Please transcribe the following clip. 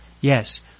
Yes